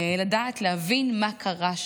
לדעת ולהבין מה קרה שם?